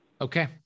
Okay